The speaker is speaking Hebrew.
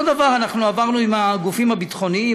אותו דבר אנחנו עברנו עם הגופים הביטחוניים,